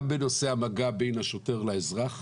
גם בנושא המגע בין השוטר לאזרח